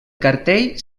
cartell